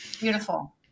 Beautiful